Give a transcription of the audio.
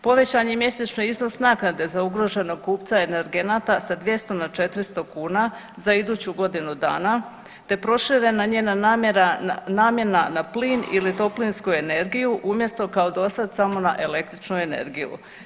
Povećan je i mjesečni iznos naknade za ugroženog kupca energenata sa 200 na 400 kuna za iduću godinu dana te proširena njena namjera, namjena na plin ili toplinsku energiju umjesto kao dosada samo na električnu energiju.